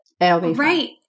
Right